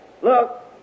look